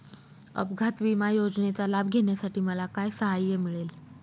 अपघात विमा योजनेचा लाभ घेण्यासाठी मला काय सहाय्य मिळेल?